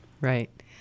Right